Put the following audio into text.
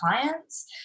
clients